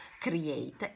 create